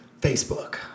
facebook